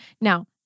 Now